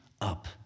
up